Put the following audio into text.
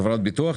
זה חברת ביטוח?